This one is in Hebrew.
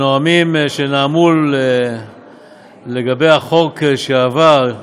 הנואמים שנאמו לגבי החוק שעבר,